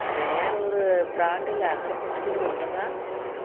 வேறொரு ப்ராண்டில் அகர்பக்திகள் உள்ளதா